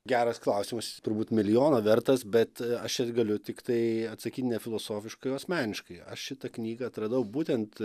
geras klausimas turbūt milijono vertas bet aš čia galiu tiktai atsakyt ne filosofiškai o asmeniškai aš šitą knygą atradau būtent